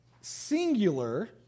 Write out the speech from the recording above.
singular